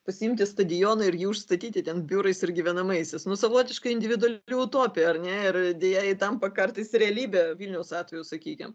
pasiimti stadioną ir jį užstatyti ten biurais ar gyvenamaisiais mus savotiškai individuali utopija ar ne ir deja tampa kartais realybė vilniaus atveju sakykim